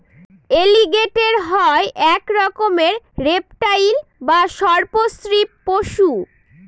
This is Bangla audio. এলিগেটের হয় এক রকমের রেপ্টাইল বা সর্প শ্রীপ পশু